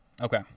Okay